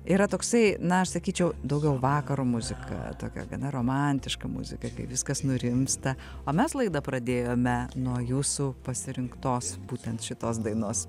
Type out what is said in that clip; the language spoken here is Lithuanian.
yra toksai na aš sakyčiau daugiau vakaro muzika tokia gana romantiška muzika kai viskas nurimsta o mes laidą pradėjome nuo jūsų pasirinktos būtent šitos dainos